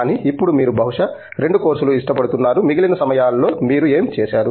కానీ ఇప్పుడు మీరు బహుశా 2 కోర్సులు ఇష్టపడుతున్నారు మిగిలిన సమయాల్లో మీరు ఏమి చేస్తారు